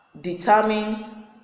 determine